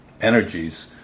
energies